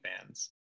fans